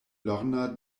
lorna